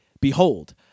Behold